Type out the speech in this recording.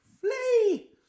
flee